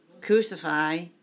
crucify